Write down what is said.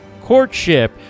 courtship